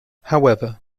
however